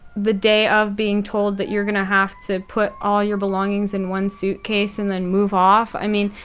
the day of, being told that you're going to have to put all your belongings in one suitcase and then move off? i mean,